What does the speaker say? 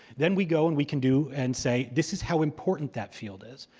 then we go, and we can do and say, this is how important that field is.